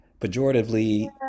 pejoratively